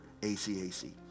ACAC